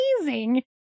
amazing